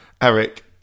Eric